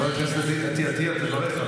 חברת הכנסת אתי עטייה תברך,